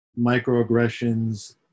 microaggressions